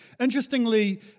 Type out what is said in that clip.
Interestingly